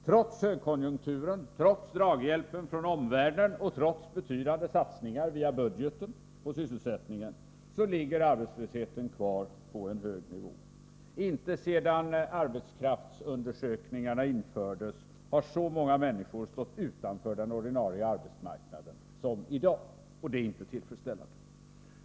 Trots högkonjunkturen, trots draghjälpen från omvärlden och trots betydande satsningar på sysselsättningen via budgeten ligger arbetslösheten kvar på en hög nivå. Inte sedan arbetskraftsundersökningarna infördes har så många människor stått utanför den ordinarie arbetsmarknaden som i dag, och det är inte tillfredsställande.